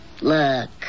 look